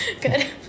good